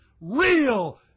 real